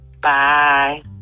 Bye